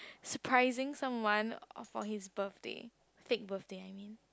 surprising someone for his birthday fake birthday I mean